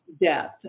death